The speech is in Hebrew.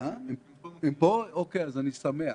ואני שמח